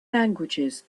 languages